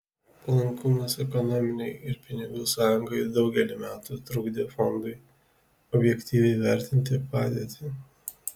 palankumas ekonominei ir pinigų sąjungai daugelį metų trukdė fondui objektyviai vertinti padėtį